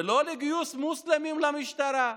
ולא לגיוס מוסלמים למשטרה,